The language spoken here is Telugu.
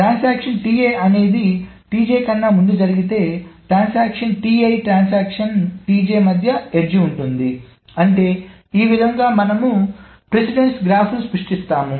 ట్రాన్సాక్షన్ అనేది ట్రాన్సాక్షన్ కన్నా ముందు జరిగితేట్రాన్సాక్షన్ ట్రాన్సాక్షన్ మధ్య ఎడ్జ్ ఉంటుంది అంటే ఈ విధముగా మనము ప్రాధాన్యత గ్రాఫ్ను సృష్టిస్తాము